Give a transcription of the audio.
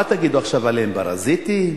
מה תגידו עליהם עכשיו, פרזיטים?